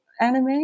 anime